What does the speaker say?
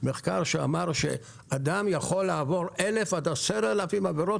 שאמר שאדם יכול לעבור 1,000 עד 10,000 עבירות